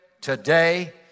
today